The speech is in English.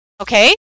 Okay